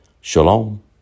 Shalom